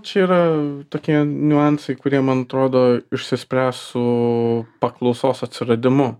čia yra tokie niuansai kurie man atrodo išsispręs su paklausos atsiradimu